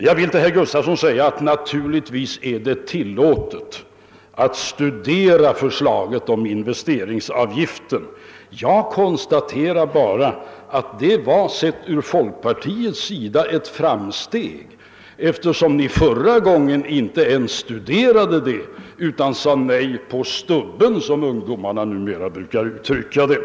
Till herr Gustafson i Göteborg vill jag säga att det naturligtvis är tillåtet att studera förslaget om investeringsavgiften, men jag konstaterar bara att det för folkpartiets vidkommande betecknar ett framsteg. Förra gången studerade folkpartiet inte ens förslaget, utan det sade nej »på stubben», som ungdomarna numera brukar uttrycka det.